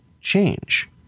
change